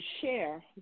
share